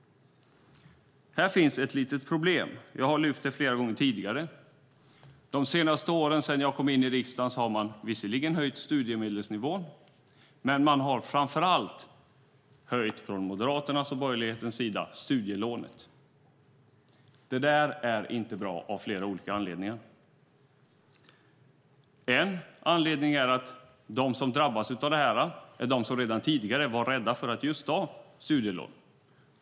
Här finns ett litet problem. Jag har lyft fram det flera gånger tidigare. De senaste åren, sedan jag kom in i riksdagen, har man visserligen höjt studiemedelsnivån, men man har framför allt från Moderaternas och borgerlighetens sida höjt studielånet. Det där är inte bra av flera olika anledningar. En anledning är att de som drabbas av detta är de som redan tidigare var rädda för att just ta studielån.